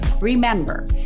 Remember